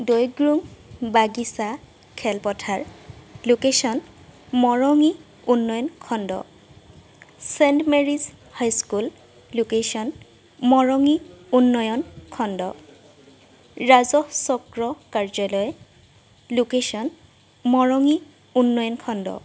দৈগ্ৰুম বাগিচা খেলপথাৰ লোকেশ্যন মৰঙী উন্নয়ন খণ্ড Saint Mary's high school location Morongi উন্নয়ন খণ্ড ৰাজহ চক্ৰ কাৰ্যালয় লোকেশ্যন মৰঙী উন্নয়ন খণ্ড